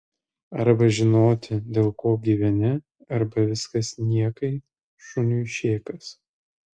arba žinoti dėl ko gyveni arba viskas niekai šuniui šėkas